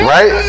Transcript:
Right